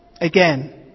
again